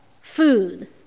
food